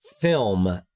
film